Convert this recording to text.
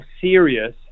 serious